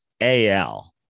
AL